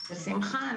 בשמחה.